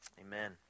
Amen